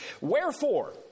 Wherefore